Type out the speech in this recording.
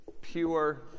pure